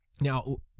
now